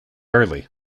early